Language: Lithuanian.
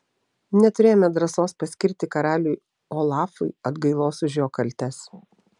neturėjome drąsos paskirti karaliui olafui atgailos už jo kaltes